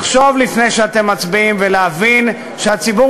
לחשוב לפני שאתם מצביעים ולהבין שהציבור